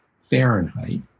Fahrenheit